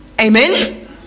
Amen